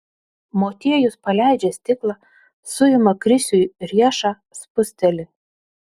motiejus paleidžia stiklą suima krisiui riešą spusteli